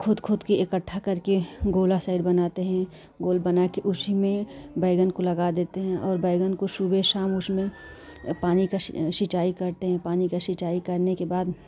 खोद खोदकर इकट्ठा करके गोला साइड बनाते हैं गोल बनाकर उसी में बैंगन को लगा देते हैं और बैंगन को सुबह शाम उसमें पानी का सिंचाई करते हैं पानी की सिंचाई करने के बाद